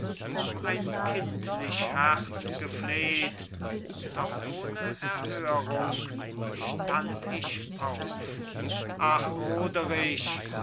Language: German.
um ein kindlich herz gefleht doch ohne erhörung stand ich auf ach roderich